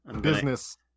Business